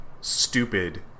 stupid